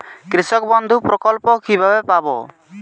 কৃষকবন্ধু প্রকল্প কিভাবে পাব?